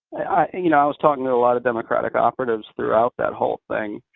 i you know i was talking to a lot of democratic operatives throughout that whole thing,